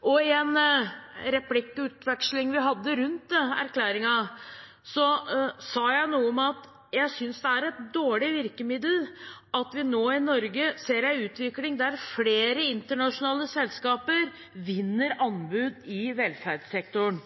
I en replikkveksling vi hadde i erklæringsdebatten, sa jeg noe om at jeg synes det er et dårlig virkemiddel at vi i Norge ser en utvikling der flere internasjonale selskaper vinner anbud i velferdssektoren.